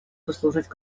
послужить